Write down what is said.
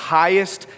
highest